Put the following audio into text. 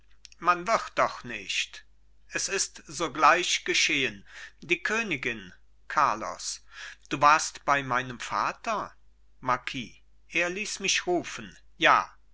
man wird doch nicht es ist sogleich geschehen die königin carlos du warst bei meinem vater marquis er ließ mich rufen ja